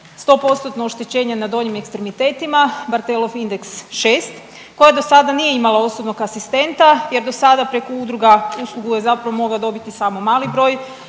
100% oštećenje na donjim ekstremitetima, Barthelov indeks 6, koja do sada nije imala osobnog asistenta jer do sada preko udruga uslugu je zapravo mogao dobiti samo mali broj